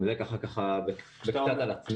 זה קצת על עצמי.